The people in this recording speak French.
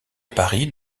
paris